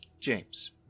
James